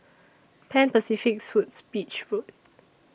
Pan Pacific Suites Beach Road